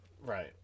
Right